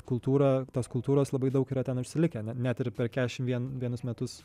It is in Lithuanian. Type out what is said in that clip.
kultūrą tos kultūros labai daug yra ten užsilikę net ir per keturiasdešimt vien vienus metus